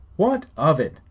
what of it?